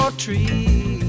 tree